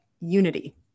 unity